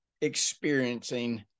experiencing